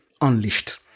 unleashed